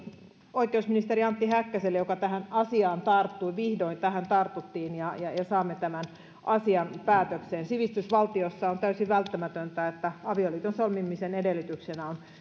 oikeusministeri antti häkkäselle joka tähän asiaan tarttui vihdoin tähän tartuttiin ja ja saamme tämän asian päätökseen sivistysvaltiossa on täysin välttämätöntä että avioliiton solmimisen edellytyksenä on